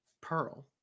Pearl